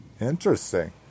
Interesting